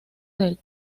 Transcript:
del